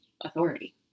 authority